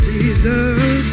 Jesus